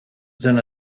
than